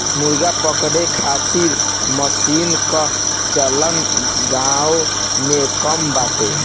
मुर्गा पकड़े खातिर मशीन कअ चलन गांव में कम बाटे